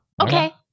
Okay